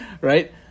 right